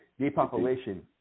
depopulation